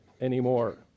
anymore